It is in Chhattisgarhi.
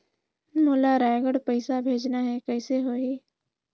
मोला रायगढ़ पइसा भेजना हैं, कइसे होही?